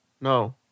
No